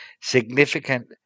significant